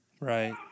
Right